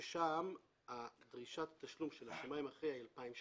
שם דרישת התשלום של השמאי המכריע היא 2,000 שקלים.